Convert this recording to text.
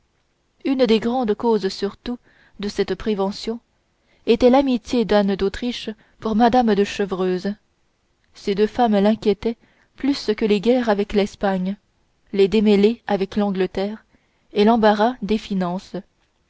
une des grandes causes surtout de cette prévention était l'amitié d'anne d'autriche pour mme de chevreuse ces deux femmes l'inquiétaient plus que les guerres avec l'espagne les démêlés avec l'angleterre et l'embarras des finances